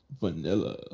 Vanilla